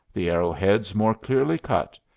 the arrow-heads more clearly cut,